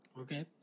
Okay